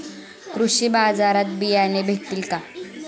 कृषी बाजारात बियाणे भेटतील का?